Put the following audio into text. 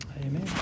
Amen